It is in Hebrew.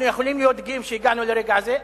אנחנו יכולים להיות גאים שהגענו לרגע הזה.